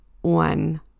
one